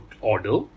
order